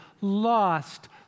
lost